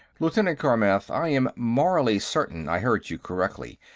lieutenant carmath, i am morally certain i heard you correctly,